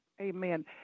Amen